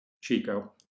Chico